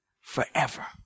forever